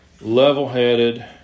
level-headed